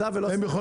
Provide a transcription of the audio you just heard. הם לא יעשו.